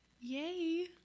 Yay